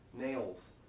nails